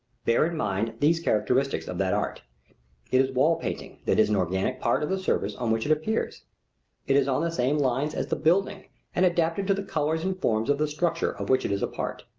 bear in mind these characteristics of that art it is wall-painting that is an organic part of the surface on which it appears it is on the same lines as the building and adapted to the colors and forms of the structure of which it is a part.